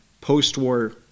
post-war